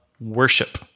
worship